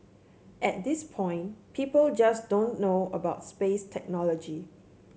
at this point people just don't know about space technology